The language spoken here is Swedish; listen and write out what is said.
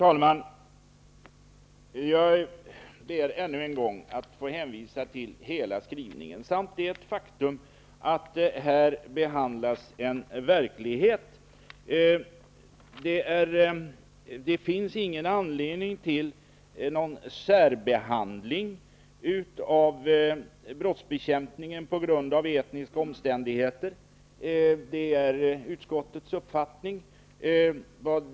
Fru talman! Ännu en gång hänvisar jag till hela skrivningen. Jag vill också hänvisa till det faktum att här behandlas verkligheten. Det finns inte någon anledning till särbehandling av brottsbekämpningen på grund av etniska omständigheter enligt utskottets uppfattning.